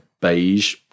beige